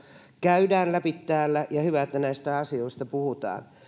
käydään läpi täällä ja hyvä että näistä asioista puhutaan